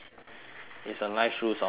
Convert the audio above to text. it's a nice shoe some more ah